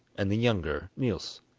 and the younger niels.